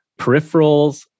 peripherals